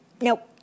Nope